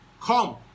Come